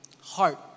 heart